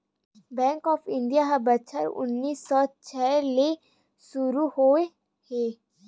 bank of India ह बछर उन्नीस सौ छै ले सुरू होए हे